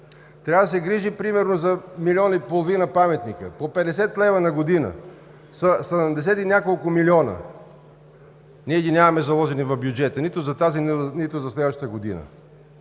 трябва да се грижи примерно за милион и половина паметника, по 50 лв. на година, са седемдесет и няколко милиона. Ние ги нямаме заложени в бюджета, нито за тази, нито за следващата година.